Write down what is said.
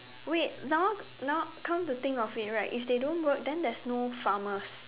wait now now come to think of it right if they don't work then there's no farmers